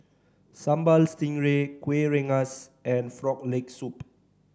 Sambal Stingray Kuih Rengas and Frog Leg Soup